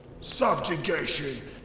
Subjugation